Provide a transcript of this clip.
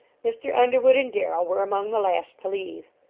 mr. underwood and darrell were among the last to leave.